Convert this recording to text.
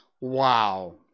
Wow